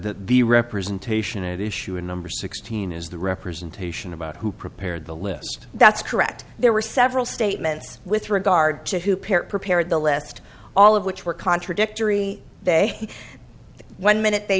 that the representation at issue and number sixteen is the representation about who prepared the list that's correct there were several statements with regard to who parrot prepared the list all of which were contradictory day one minute they